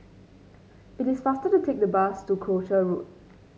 it is faster to take the bus to Croucher Road